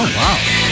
wow